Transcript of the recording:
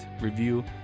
review